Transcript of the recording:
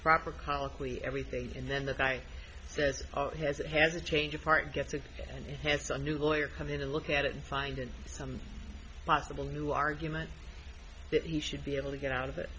colloquy everything and then the guy that has a has a change of heart gets it has some new lawyer come in to look at it and find some possible new argument that he should be able to get out of it